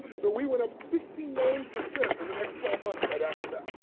so we went up sixty nine percent in the next twelve months, right after that.